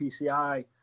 PCI